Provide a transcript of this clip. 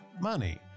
money